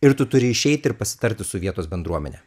ir tu turi išeit ir pasitarti su vietos bendruomene